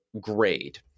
grade